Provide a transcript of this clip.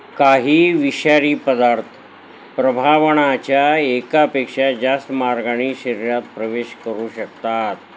काही विषारी पदार्थ प्रभावनाच्या एकापेक्षा जास्त मार्गांनी शरीरात प्रवेश करू शकतात